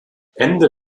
ende